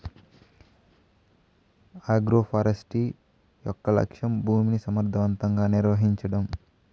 agroforestry యొక్క లక్ష్యం భూమిని సమర్ధవంతంగా నిర్వహించడం